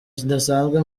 kidasanzwe